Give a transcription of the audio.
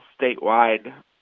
statewide